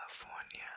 California